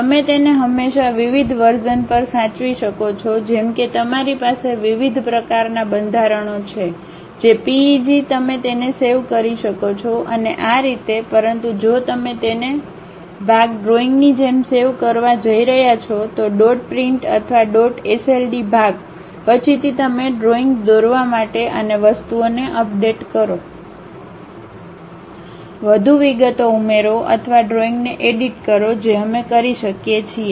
તમે તેને હંમેશાં વિવિધ વર્ઝન પર સાચવી શકો છો જેમ કે તમારી પાસે વિવિધ પ્રકારનાં બંધારણો છે જેપીઇજી તમે તેને સેવ કરી શકો છો અને આ રીતે પરંતુ જો તમે તેને ભાગ ડ્રોઈંગની જેમ સેવ કરવું જઇ રહ્યા છો તો ડોટ પ્રિટ અથવા ડોટ એસએલડી ભાગ પછીથી તમે ડ્રોઈંગ દોરવા માટે અને વસ્તુઓને અપડેટ કરો વધુ વિગતો ઉમેરો અથવા ડ્રોઇંગને એડિટ કરો જે અમે કરી શકીએ છીએ